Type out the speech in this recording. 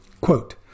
Quote